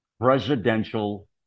Presidential